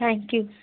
thank you